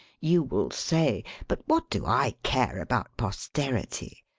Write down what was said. you will say but what do i care about posterity?